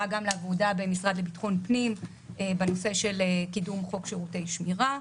גם לעבודה במשרד לביטחון פנים בנושא קידום חוק שירותי שמירה,